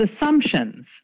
assumptions